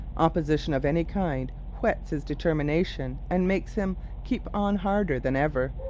opposition of any kind whets his determination and makes him keep on harder than ever.